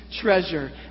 treasure